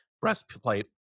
breastplate